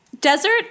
Desert